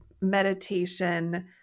meditation